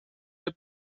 have